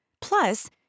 Plus